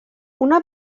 una